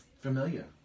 familiar